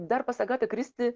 dar pas agatą kristi